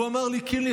והוא אמר לי: קינלי,